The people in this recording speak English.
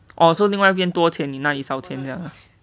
oh so 另外一边多钱你那里少钱这样